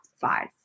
five